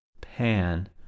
pan